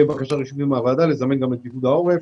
גם בקשה רשמית מהוועדה את פיקוד העורף,